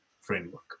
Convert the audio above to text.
framework